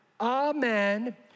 Amen